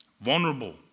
Vulnerable